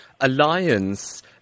alliance